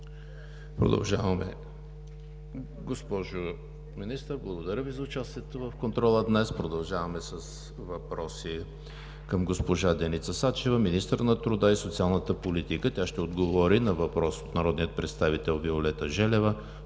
контрол. Госпожо Министър, благодаря Ви за участието в контрола днес. Продължаваме с въпроси към госпожа Деница Сачева – министър на труда и социалната политика. Тя ще отговори на въпрос от народния представител Виолета Желева